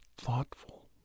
thoughtful